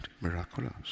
miraculous